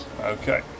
Okay